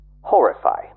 horrify